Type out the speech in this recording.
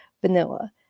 vanilla